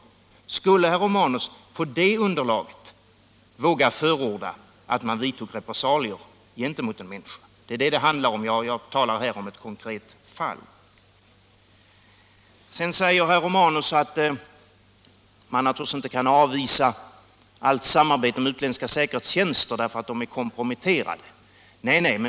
Skulle herr Romanus på det underlaget våga förorda att man vidtog repressalier gentemot en människa? Det är detta det handlar om. Jag talar om ett konkret fall. Sedan säger herr Romanus att man naturligtvis inte kan avvisa allt samarbete med utländska säkerhetstjänster därför att de är komprometterade.